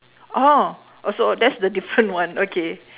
orh oh so that's the different one okay